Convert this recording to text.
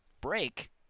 break